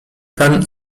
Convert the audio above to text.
pan